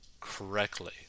correctly